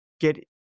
get